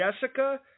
Jessica